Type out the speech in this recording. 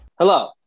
Hello